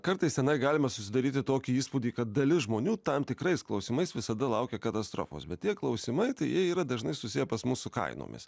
kartais tenai galima susidaryti tokį įspūdį kad dalis žmonių tam tikrais klausimais visada laukia katastrofos bet tie klausimai tai jie yra dažnai susiję pas mus su kainomis